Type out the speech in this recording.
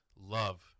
love